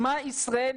שמע ישראל,